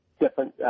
different